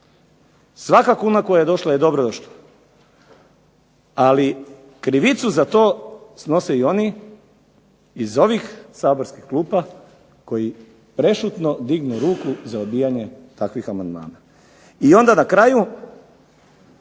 Svaka kuna koja je došla je dobrodošla. Ali krivicu za to snose i oni iz ovih saborskih klupa koji prešutno dignu ruku za odbijanje takvih amandmana. I onda na kraju